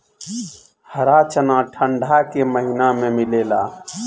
हरा चना ठंडा के महिना में मिलेला